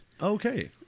Okay